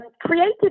creative